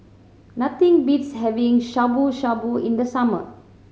nothing beats having Shabu Shabu in the summer